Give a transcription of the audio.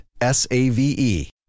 S-A-V-E